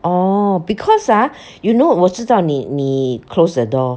oh because ah you know 我知道你你 close the door